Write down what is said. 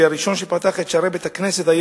והראשון שפתח את שערי בית-הכנסת היה